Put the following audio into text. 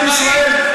הפלסטינים.